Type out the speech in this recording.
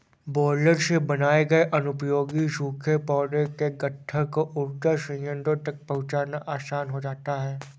baler से बनाए गए अनुपयोगी सूखे पौधों के गट्ठर को ऊर्जा संयन्त्रों तक पहुँचाना आसान हो जाता है